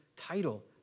title